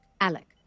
Alec